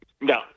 No